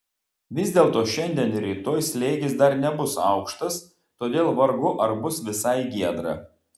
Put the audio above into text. vis dėlto šiandien ir rytoj slėgis dar nebus aukštas todėl vargu ar bus visai giedra